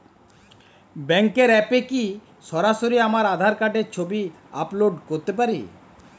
ব্যাংকের অ্যাপ এ কি সরাসরি আমার আঁধার কার্ড র ছবি আপলোড করতে পারি?